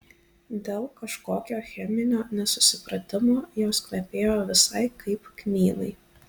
dėl kažkokio cheminio nesusipratimo jos kvepėjo visai kaip kmynai